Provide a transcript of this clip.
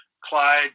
Clyde